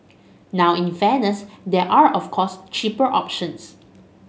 now in fairness there are of course cheaper options